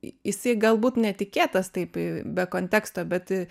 jisai galbūt netikėtas taip be konteksto bet